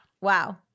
Wow